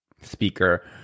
speaker